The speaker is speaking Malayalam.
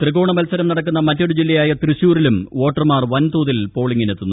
ത്രികോണ മത്സരം നടക്കുന്ന മറ്റൊരു ജില്ലയായ തൃശ്ശൂരിലും വോട്ടർമാർ വൻതോതിൽ പോളിംഗിന് എത്തുന്നു